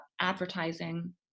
advertising